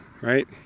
right